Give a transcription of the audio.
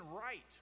right